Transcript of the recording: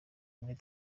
muri